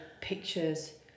pictures